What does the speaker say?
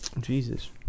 Jesus